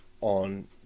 on